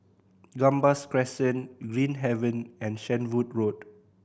Gambas Crescent Green Haven and Shenvood Road